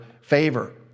favor